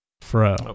Fro